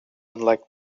unlike